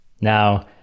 Now